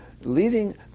leading